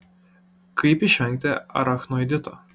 kaip išvengti arachnoidito